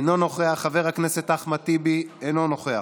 אינו נוכח, חבר הכנסת אחמד טיבי, אינו נוכח,